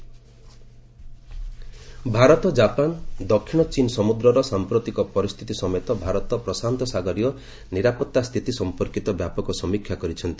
India Japan Bharat Japan ଦକ୍ଷିଣ ଚୀନ୍ ସମୁଦ୍ରର ସାଂପ୍ରତିକ ପରିସ୍ଥିତି ସମେତ ଭାରତ ପ୍ରଶାନ୍ତସାଗରୀୟ ନିରାପତ୍ତା ସ୍ଥିତି ସଂପର୍କିତ ବ୍ୟାପକ ସମୀକ୍ଷା କରିଛନ୍ତି